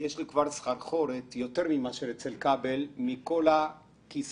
בכל חיי